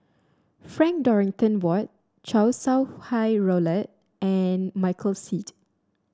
Frank Dorrington Ward Chow Sau Hai Roland and Michael Seet